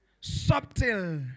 subtle